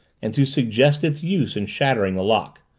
and to suggest its use in shattering the lock.